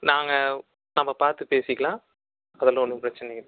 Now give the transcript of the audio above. நாங்கள் நம்ம பார்த்து பேசிக்கலாம் அதெல்லாம் ஒன்றும் பிரச்சினை இல்லை